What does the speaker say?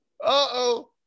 uh-oh